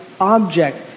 object